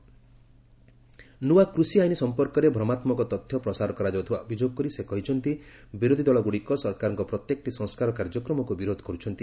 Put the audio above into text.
ନ୍ତୁଆ କୃଷି ଆଇନ୍ ସମ୍ପର୍କରେ ଭ୍ରମାତ୍କକ ତଥ୍ୟ ପ୍ରସାର କରାଯାଉଥିବା ଅଭିଯୋଗ କରି ସେ କହିଛନ୍ତି ବିରୋଧୀ ଦଳଗୁଡ଼ିକ ସରକାରଙ୍କ ପ୍ରତ୍ୟେକଟି ସଂସ୍କାର କାର୍ଯ୍ୟକ୍ରମକୁ ବିରୋଧ କରୁଛନ୍ତି